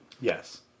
Yes